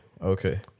okay